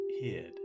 hid